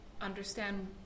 understand